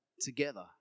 together